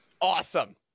Awesome